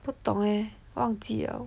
不懂诶忘记了